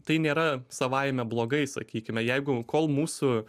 tai nėra savaime blogai sakykime jeigu kol mūsų